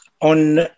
on